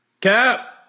cap